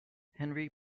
henry